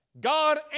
God